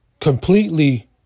Completely